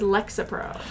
Lexapro